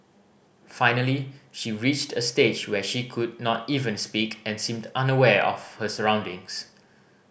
finally she reached a stage when she could not even speak and seemed unaware of her surroundings